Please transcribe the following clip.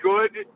Good